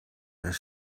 zijn